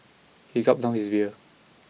he gulped down his beer